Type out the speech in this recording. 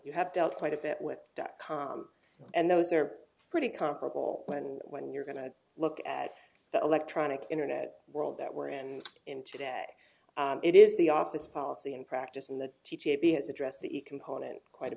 you have dealt quite a bit with dot com and those are pretty comparable when when you're going to look at the electronic internet world that we're in in today it is the office policy and practice and the t t p it's address the economy quite a